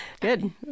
Good